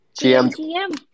GM